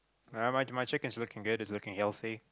uh my my chicken is looking good it's looking healthy